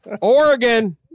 Oregon